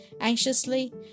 anxiously